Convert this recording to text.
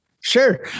Sure